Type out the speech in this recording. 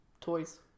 Toys